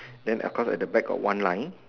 then of course at the back got one line